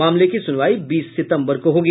मामले की सुनवाई बीस सितम्बर को होगी